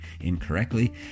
incorrectly